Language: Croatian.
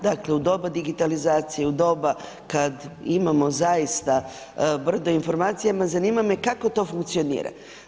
Dakle u doba digitalizacije u doba kada imamo zaista brdo informacija, zanima me kako to funkcionira?